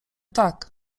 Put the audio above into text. tak